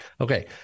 Okay